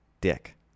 dick